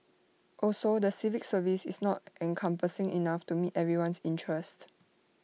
also the civil service is not encompassing enough to meet everyone's interest